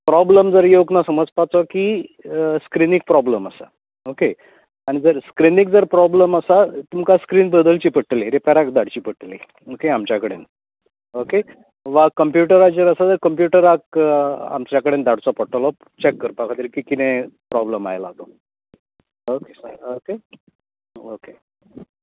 problem जर योवंक ना समजपाचो की स्क्रिनीक प्रोबलम आसा ओके आनीक स्क्रिनीक जर प्रोबलम आसा तुमका स्क्रीन बदलची पडटली रिपेराक धाडची पडटली ओके आमच्या कडेन ओके वा कम्प्युटराचेर आसा जाल्यार कम्प्युटराक आमच्या कडेन धाडचो पडटलो चॅक करपा खतीर की कितें प्रोबलम आयला तो ओक ओके ओके